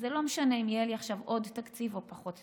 אז זה לא משנה אם יהיה לי עכשיו עוד תקציב או פחות תקציב,